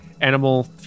Animal